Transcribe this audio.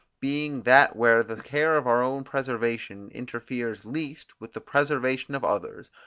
being that where the care of our own preservation interferes least with the preservation of others,